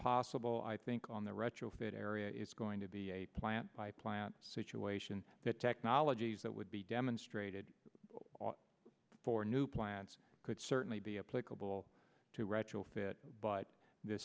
possible i think on the retrofit area is going to be a plant by plant situation the technologies that would be demonstrated for new plants could certainly be applicable to retrofit but th